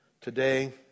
today